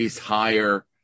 higher